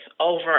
over